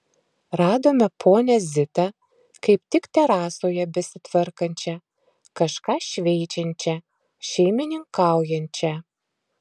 radome ponią zitą kaip tik terasoje besitvarkančią kažką šveičiančią šeimininkaujančią